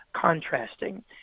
contrasting